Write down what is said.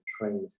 trained